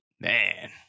man